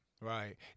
Right